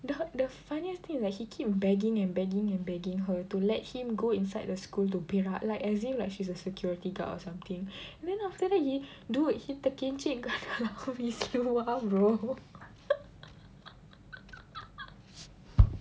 the the funniest thing right he keep begging and begging and begging her to let him go inside the school to berak like as if like she's a security guard or something then after that he dude he terkencit kat dalam his seluar bro